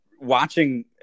watching